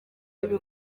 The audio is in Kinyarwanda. byari